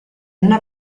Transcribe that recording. una